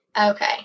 Okay